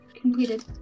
completed